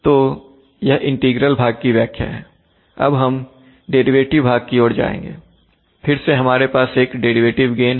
तो यह इंटीग्रल भाग की व्याख्या है अब हम डेरिवेटिव भाग की ओर जाएंगे फिर से हमारे पास एक डेरिवेटिव गेन है